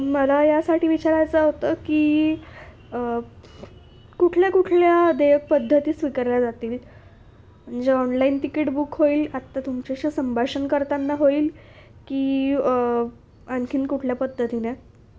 मला यासाठी विचारायचं होतं की कुठल्या कुठल्या देयक पद्धती स्वीकारल्या जातील म्हणजे ऑनलाईन तिकीट बुक होईल आत्ता तुमच्याशी संभाषण करताना होईल की आणखीन कुठल्या पद्धतीने